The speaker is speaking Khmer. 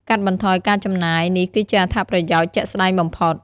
កាត់បន្ថយការចំណាយ នេះគឺជាអត្ថប្រយោជន៍ជាក់ស្តែងបំផុត។